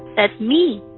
that's me,